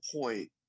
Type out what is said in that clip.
point